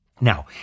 Now